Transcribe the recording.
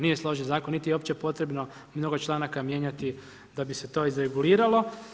Nije složen zakon niti je uopće potrebno mnogo članaka mijenjati da bi se to izreguliralo.